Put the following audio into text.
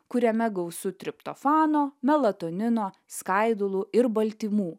kuriame gausu triptofano melatonino skaidulų ir baltymų